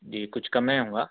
جی کچھ کم نہیں ہوں گا